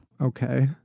Okay